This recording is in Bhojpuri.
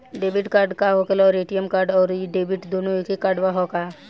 डेबिट कार्ड का होखेला और ए.टी.एम आउर डेबिट दुनों एके कार्डवा ह का?